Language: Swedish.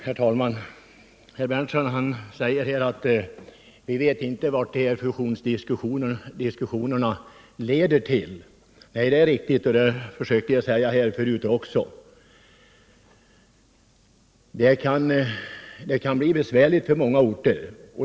Herr talman! Herr Berndtson säger här att vi inte vet vart de här Måndagen den fusionsdiskussionerna leder. Nej, det är riktigt. Det försökte jag framhålla 17 april 1978 förut också. Det kan bli besvärligt för många orter.